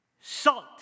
Salt